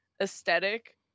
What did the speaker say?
aesthetic